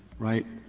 right?